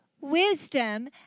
wisdom